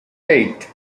eight